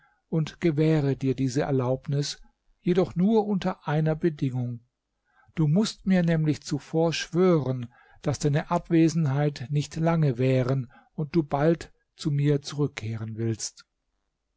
und gewähre dir diese erlaubnis jedoch nur unter einer bedingung du mußt mir nämlich zuvor schwören daß deine abwesenheit nicht lange währen und du bald zu mir zurückkehren willst